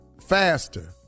faster